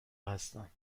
هستم